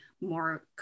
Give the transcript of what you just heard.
more